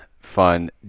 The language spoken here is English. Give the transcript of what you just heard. fun